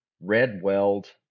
red-weld